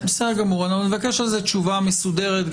--- אנחנו נבקש על זה תשובה מסודרת,